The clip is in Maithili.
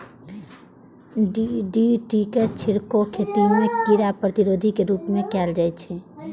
डी.डी.टी के छिड़काव खेती मे कीड़ा प्रतिरोधी के रूप मे कैल जाइ छै